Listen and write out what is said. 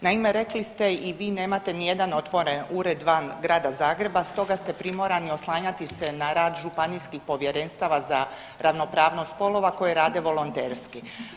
Naime, rekli ste i vi nemate nijedan otvoren ured van Grada Zagreba stoga ste primorani oslanjati se na rad županijskih povjerenstava za ravnopravnost spolova koje rade volonterski.